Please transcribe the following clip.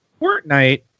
fortnite